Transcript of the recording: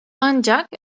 ancak